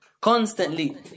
Constantly